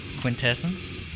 Quintessence